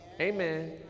Amen